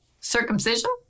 circumcision